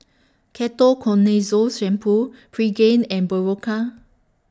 Ketoconazole Shampoo Pregain and Berocca